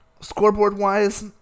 scoreboard-wise